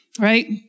right